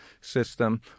system